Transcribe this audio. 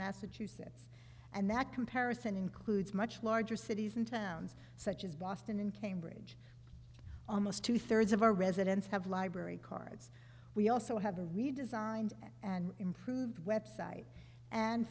massachusetts and that comparison includes much larger cities and towns such as boston and cambridge almost two thirds of our residents have library cards we also have a redesigned and improved website and